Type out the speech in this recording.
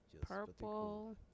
Purple